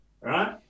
right